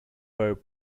were